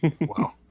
Wow